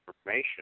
information